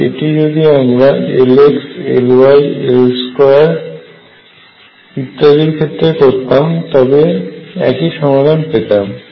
তবে এটি যদি আমরা Lx Ly L2 ইত্যাদিদের ক্ষেত্রে করতাম তবে একই সমাধান পেতাম